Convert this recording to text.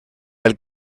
pel